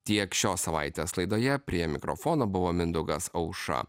tiek šios savaitės laidoje prie mikrofono buvo mindaugas aušra